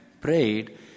prayed